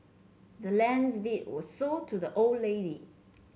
the land's deed was sold to the old lady